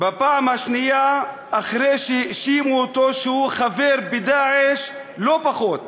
בפעם השנייה כשהאשימו אותו שהוא חבר ב"דאעש" לא פחות.